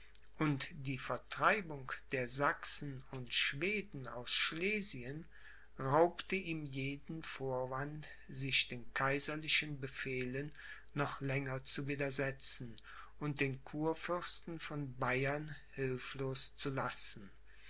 und die vertreibung der sachsen und schweden aus schlesien raubte ihm jeden vorwand sich den kaiserlichen befehlen noch länger zu widersetzen und den kurfürsten von bayern hilflos zu lassen